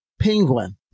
penguin